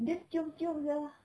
dia cium-cium sia